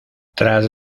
tras